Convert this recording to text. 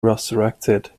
resurrected